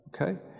Okay